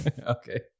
okay